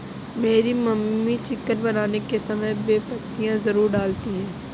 मेरी mummy chicken बनाने के समय बे पत्तियां जरूर डालती हैं